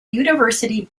university